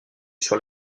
sur